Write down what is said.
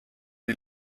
die